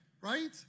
Right